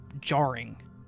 jarring